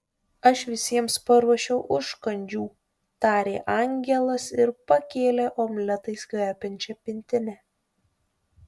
aš visiems paruošiau užkandžių tarė angelas ir pakėlė omletais kvepiančią pintinę